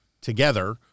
together